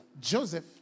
Joseph